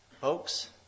Folks